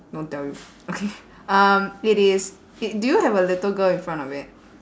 don't tell you okay um it is it do you have a little girl in front of it